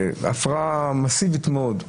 הפרעה מסיבית מאוד,